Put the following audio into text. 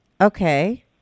Okay